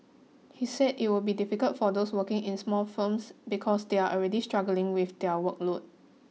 he said it would be difficult for those working in small firms because they are already struggling with their workload